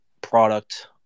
product